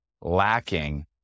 lacking